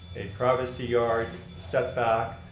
a privacy yard setback,